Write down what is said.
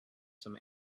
some